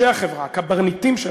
קברניטים,